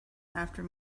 after